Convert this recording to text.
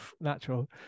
natural